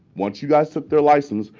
once you guys took their license,